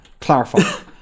clarify